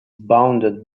bounded